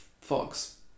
fox